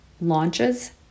launches